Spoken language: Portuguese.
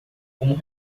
como